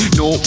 no